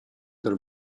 der